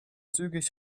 zügig